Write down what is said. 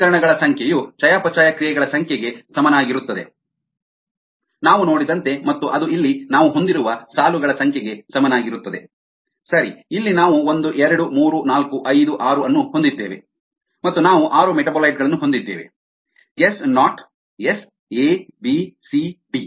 ಸಮೀಕರಣಗಳ ಸಂಖ್ಯೆಯು ಚಯಾಪಚಯ ಕ್ರಿಯೆಗಳ ಸಂಖ್ಯೆಗೆ ಸಮನಾಗಿರುತ್ತದೆ ನಾವು ನೋಡಿದಂತೆ ಮತ್ತು ಅದು ಇಲ್ಲಿ ನಾವು ಹೊಂದಿರುವ ಸಾಲುಗಳ ಸಂಖ್ಯೆಗೆ ಸಮನಾಗಿರುತ್ತದೆ ಸರಿ ಇಲ್ಲಿ ನಾವು ಒಂದು ಎರಡು ಮೂರು ನಾಲ್ಕು ಐದು ಆರು ಅನ್ನು ಹೊಂದಿದ್ದೇವೆ ಮತ್ತು ನಾವು ಆರು ಮೆಟಾಬಾಲೈಟ್ ಗಳನ್ನು ಹೊಂದಿದ್ದೇವೆ S naught S A B C D